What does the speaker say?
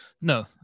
No